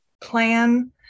plan